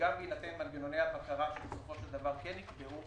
וגם בהינתן מנגנוני הבקרה שבסופו של דבר כן נקבעו,